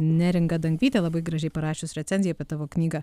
neringa dantytė labai gražiai parašius recenziją apie tavo knygą